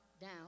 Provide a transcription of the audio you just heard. down